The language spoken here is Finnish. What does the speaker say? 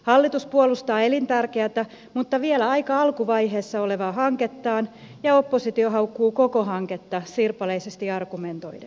hallitus puolustaa elintärkeätä mutta vielä aika alkuvaiheessa olevaa hankettaan ja oppositio haukkuu koko hanketta sirpaleisesti argumentoiden